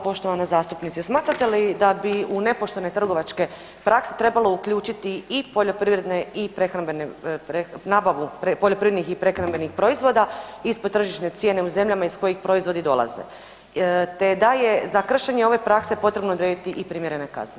Poštovana zastupnice smatrate li da bi u nepoštene trgovačke prakse trebalo uključiti i poljoprivredne i prehrambene, nabavu poljoprivrednih i prehrambenih proizvoda ispod tržišne cijene u zemljama iz kojih proizvodi dolaze te da je za kršenje ove prakse potrebno odrediti i primjerene kazne.